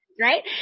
Right